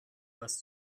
was